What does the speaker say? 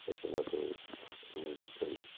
त्याच्यामध्ये मेडिकल